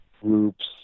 groups